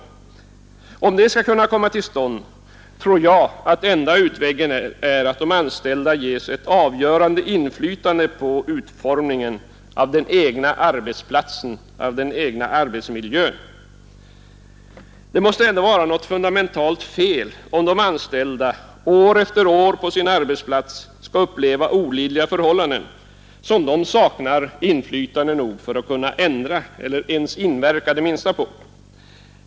Och om detta skall kunna komma till stånd tror jag att den enda utvägen är att de anställda ges ett avgörande inflytande på utformningen av den egna arbetsplatsen och den egna arbetsmiljön. Det måste ändå vara något fundamentalt fel, om de anställda år efter år på sin arbetsplats skall behöva uppleva olidliga förhållanden som de saknar inflytandet för att kunna ändra på eller ens inverka det minsta på.